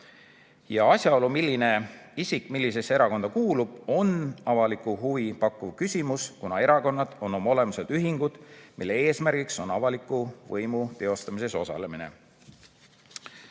Ja asjaolu, milline isik millisesse erakonda kuulub, on avalikku huvi pakkuv küsimus, kuna erakonnad on oma olemuselt ühingud, mille eesmärk on avaliku võimu teostamises osalemine.